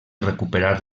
recuperar